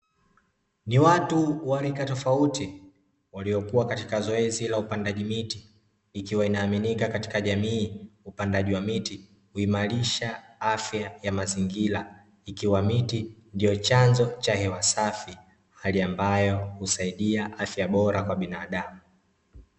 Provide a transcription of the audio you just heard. Ni watu wa rika tofauti waliokuwa katika zoezi la upandaji miti ikiwa inaaminika katika jamii, upandaji wa miti unaimarisha afya ya mazingira ikiwa miti ndio chanzo cha hewa safi, hali ambayo husaidia afya bora kwa binadamu.